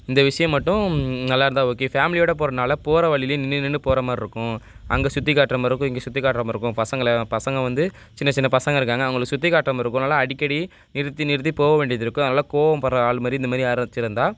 இந்த விஷயம் மட்டும் நல்லா இருந்தால் ஓகே ஃபேமிலியோடு போகிறனால போகிற வழிலியே நின்று நின்று போகிறமாரி இருக்கும் அங்கே சுற்றி காட்டுறமாரி இருக்கும் இங்கே சுற்றி காட்டுறமாரி இருக்கும் பசங்களை பசங்களை வந்து சின்ன சின்ன பசங்கள் இருக்காங்க அவங்களுக்கு சுற்றி காட்டுறமாரி இருக்கும் அதனால் அடிக்கடி நிறுத்தி நிறுத்தி போக வேண்டியது இருக்கும் அதனால கோவம் படுகிற ஆள்மாதிரி இந்தமாதிரி யாராச்சும் இருந்தால்